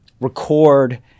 record